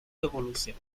evolución